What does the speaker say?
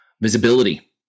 visibility